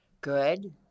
good